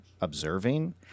observing